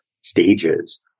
stages